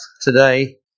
today